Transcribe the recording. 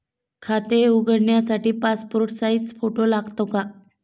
खाते उघडण्यासाठी passport size photo लागतो का?